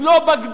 הם לא בגדו,